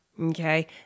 Okay